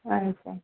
ଆଛା